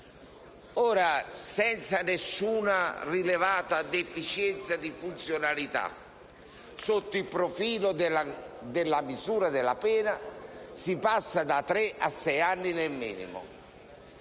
Ora, senza alcuna rilevata deficienza di funzionalità sotto il profilo della misura della pena, si passa da tre a sei anni nel minimo.